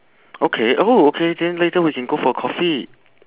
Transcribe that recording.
okay oh okay then later we can go for coffee